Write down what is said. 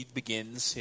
begins